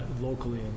locally